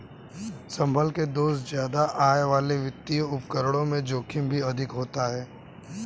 संभल के दोस्त ज्यादा आय वाले वित्तीय उपकरणों में जोखिम भी अधिक होता है